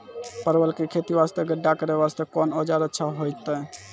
परवल के खेती वास्ते गड्ढा करे वास्ते कोंन औजार अच्छा होइतै?